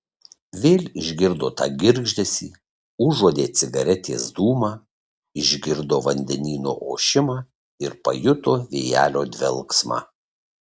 vėl išgirdo tą girgždesį užuodė cigaretės dūmą išgirdo vandenyno ošimą ir pajuto vėjelio dvelksmą